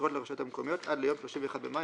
בבחירות לרשויות המקומיות עד ליום 31 במאי